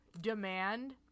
demand